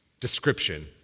description